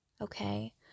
Okay